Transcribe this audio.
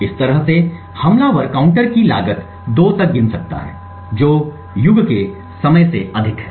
इस तरह से हमलावर काउंटर की लागत 2 तक गिन सकता है जो युग के समय से अधिक है